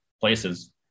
places